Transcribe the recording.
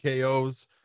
KOs